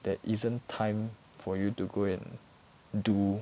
there isn't time for you to go and do